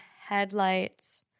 headlights